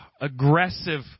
aggressive